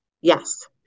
Yes